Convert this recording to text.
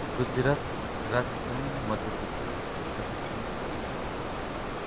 Gujarat Rajasthan Madhya Pradesh Uttar Pradesh Bihar